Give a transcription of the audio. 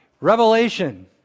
Revelation